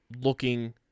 looking